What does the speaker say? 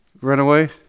runaway